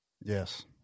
Yes